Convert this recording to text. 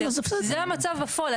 זה המצב בפועל.